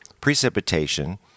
precipitation